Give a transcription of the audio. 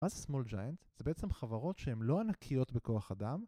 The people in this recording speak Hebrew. מה זה small giant? זה בעצם חברות שהן לא ענקיות בכוח אדם